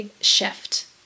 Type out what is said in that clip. shift